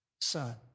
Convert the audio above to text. Son